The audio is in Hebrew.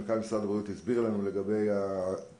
מה שמנכ"ל משרד הבריאות הסביר לנו לגבי הצורך.